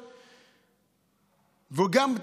וגם,